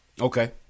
okay